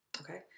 Okay